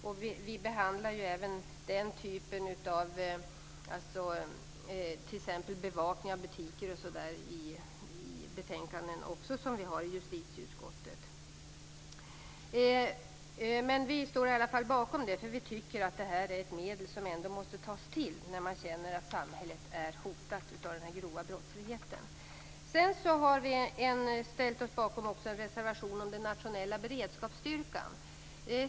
Frågor om bevakning av butiker osv. behandlas i justitieutskottet. Vi står bakom reservationen. Vi tycker att det är ett medel som måste tas till när samhället är hotat av den grova brottsligheten. Vi har också ställt oss bakom en reservation om den nationella beredskapsstyrkan.